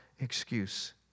excuse